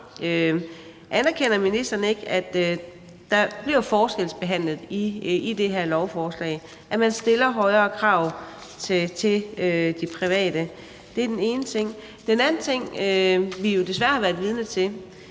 Anerkender ministeren ikke, at der bliver forskelsbehandlet i det her lovforslag, ved at man stiller højere krav til de private? Det er den ene ting. Den anden ting, vi jo desværre har været vidne til,